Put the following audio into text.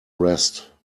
rest